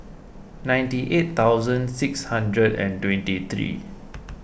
ninety eight thousand six hundred and twenty three